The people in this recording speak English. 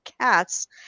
Cats